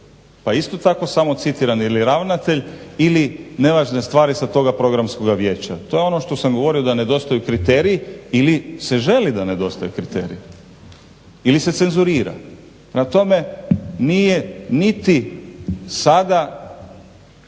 Pa isto tako samo citiran ili ravnatelj ili nevažne stvari sa toga programskog vijeća. To je ono što sam govorio da nedostaju kriteriji ili se želi da nedostaju kriteriji ili se cenzurira. Prema tome nije niti sada